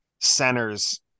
centers